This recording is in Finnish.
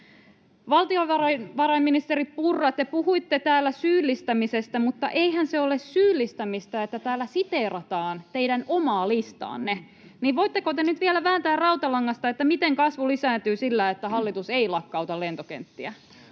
Valtiovarainvarainministeri Purra, te puhuitte täällä syyllistämisestä, mutta eihän se ole syyllistämistä, että täällä siteerataan teidän omaa listaanne. Voitteko te nyt vielä vääntää rautalangasta: miten kasvu lisääntyy sillä, että hallitus ei lakkauta lentokenttiä?